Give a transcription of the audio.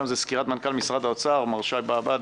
זה סקירת מנכ"ל משרד האוצר מר שי באב"ד,